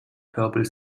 purple